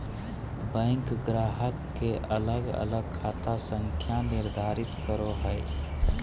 bank ग्राहक के अलग अलग खाता संख्या निर्धारित करो हइ